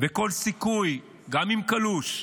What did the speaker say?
וכל סיכוי שהיה בדרך, גם אם קלוש,